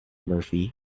murphy